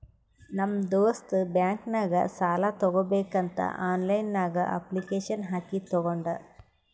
ನಮ್ ದೋಸ್ತ್ ಬ್ಯಾಂಕ್ ನಾಗ್ ಸಾಲ ತಗೋಬೇಕಂತ್ ಆನ್ಲೈನ್ ನಾಗೆ ಅಪ್ಲಿಕೇಶನ್ ಹಾಕಿ ತಗೊಂಡ್